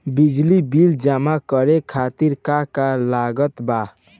बिजली बिल जमा करे खातिर का का लागत बा?